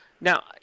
Now